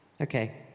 Okay